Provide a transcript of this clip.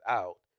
out